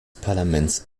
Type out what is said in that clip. parlaments